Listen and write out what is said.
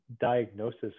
diagnosis